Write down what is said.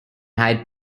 hired